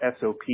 SOP